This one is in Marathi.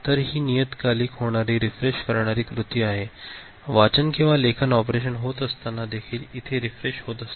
तर ही नियतकालिक होणारी रीफ्रेश करणारी कृती आहे वाचन किंवा लेखन ऑपरेशन होत नसताना देखील इथे रिफ्रेश होतअसते